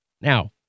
Now